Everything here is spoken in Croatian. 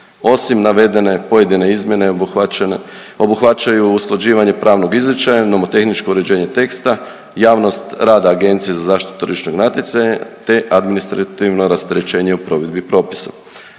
Osim navedene pojedine izmjene obuhvaćene, obuhvaćaju usklađivanje pravnog izričaja, nomotehničko uređenje teksta, javnost rada Agencije za zaštitu tržišnog natjecanja, te administrativno rasterećenje u provedbi propisa.